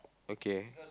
okay